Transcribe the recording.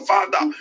Father